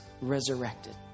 resurrected